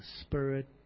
spirit